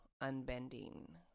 unbending